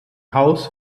haus